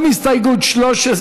גם הסתייגות 16,